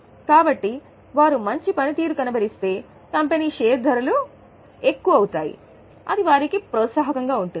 కాబట్టి వారు మంచి పనితీరు కనబరిస్తే కంపెనీ ధరలు ఎక్కువగా ఉంటాయని వారికి ప్రోత్సాహం ఉంటుంది